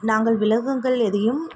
நாங்கள் விலங்குகள் எதையும்